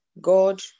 God